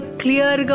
clear